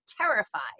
terrified